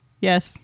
Yes